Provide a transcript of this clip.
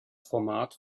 format